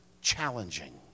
challenging